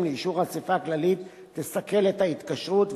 לאישור האספה הכללית תסכל את ההתקשרות,